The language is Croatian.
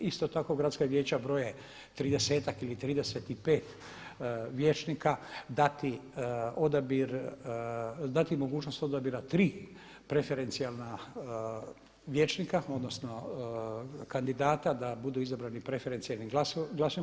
Isto tako gradska vijeća broje 30-ak ili 35 vijećnika, dati odabir, dati mogućnost odabira tri preferencijalna vijećnika, odnosno kandidata da budu izabrani preferencijalnim glasovima.